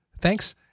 Thanks